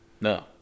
No